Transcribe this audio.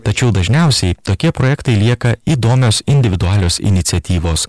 tačiau dažniausiai tokie projektai lieka įdomios individualios iniciatyvos